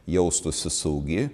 jaustųsi saugi